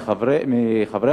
מחברי